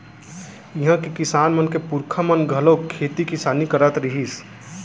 इहां के किसान मन के पूरखा मन घलोक खेती किसानी करत रिहिस